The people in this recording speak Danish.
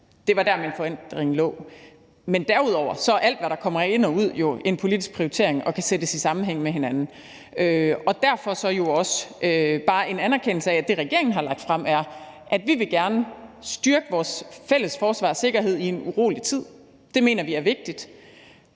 Det var der, min forundring lå. Men derudover er alt, hvad der kommer ind og ud, jo en politisk prioritering og kan sættes i sammenhæng med hinanden og derfor så jo også bare en anerkendelse af, at det, regeringen har lagt frem, er, at vi gerne vil styrke vores fælles forsvar og sikkerhed i en urolig tid. Det mener vi er vigtigt.